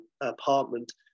apartment